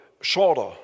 shorter